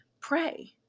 pray